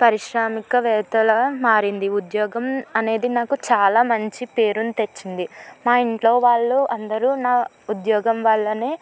పారిశ్రామికవేత్తల మారింది ఉద్యోగం అనేది నాకు చాలా మంచి పేరుని తెచ్చింది మా ఇంట్లో వాళ్ళు అందరూ నా ఉద్యోగం వల్లనే